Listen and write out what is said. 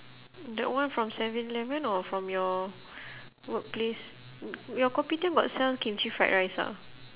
that one from seven eleven or from your workplace your kopitiam got sell kimchi fried rice ah